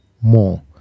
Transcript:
more